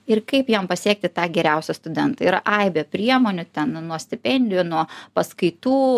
ir kaip jam pasekti tą geriausią studentą yra aibė priemonių ten nuo stipendijų nuo paskaitų